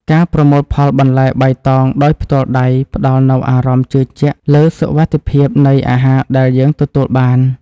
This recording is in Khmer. ការប្រមូលផលបន្លែបៃតងដោយផ្ទាល់ដៃផ្តល់នូវអារម្មណ៍ជឿជាក់លើសុវត្ថិភាពនៃអាហារដែលយើងទទួលទាន។